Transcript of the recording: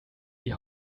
die